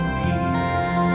peace